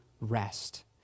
rest